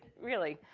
really.